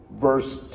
verse